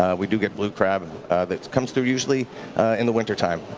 ah we do get blue crab that comes through usually in the wintertime.